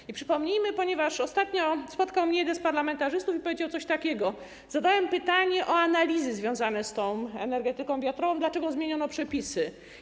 I przypomnę, ponieważ ostatnio spotkał mnie jeden z parlamentarzystów, który powiedział coś takiego: zadałem pytanie o analizy związane z energetyką wiatrową, dlaczego zmieniono przepisy.